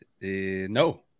No